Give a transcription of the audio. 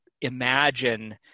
imagine